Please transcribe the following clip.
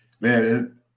man